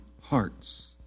hearts